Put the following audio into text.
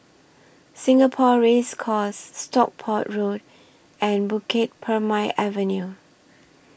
Singapore Race Course Stockport Road and Bukit Purmei Avenue